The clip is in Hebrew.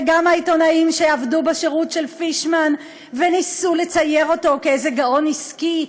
וגם העיתונאים שעבדו בשירות של פישמן וניסו לצייר אותו כאיזה גאון עסקי,